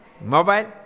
Mobile